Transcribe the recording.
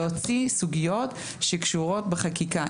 להוציא סוגיות שקשורות בחקיקה.